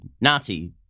Nazi